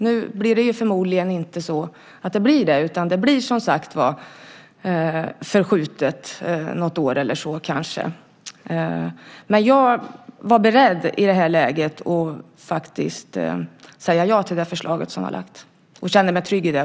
Nu blir det förmodligen inte det, utan det blir förskjutet något år eller så. Jag var i det här läget beredd att säga ja till förslaget, och jag känner mig trygg i det.